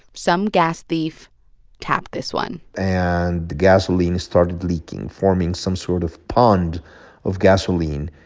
some gas thief tapped this one and the gasoline started leaking, forming some sort of pond of gasoline.